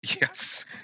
Yes